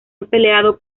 empleado